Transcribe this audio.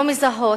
לא מזהות,